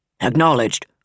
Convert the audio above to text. Acknowledged